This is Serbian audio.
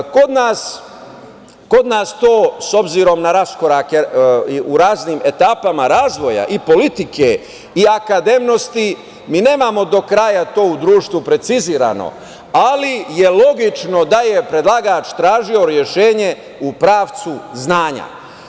Kod nas to s obzirom na raskorake u raznim etapa razvoja i politike i akademnosti mi nemamo do kraja to u društvu precizirano, ali je logično da je predlagač tražio rešenje u pravcu znanja.